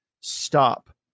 stop